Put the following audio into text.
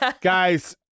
Guys